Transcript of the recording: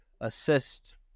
assist